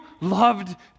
loved